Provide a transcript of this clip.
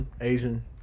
Asian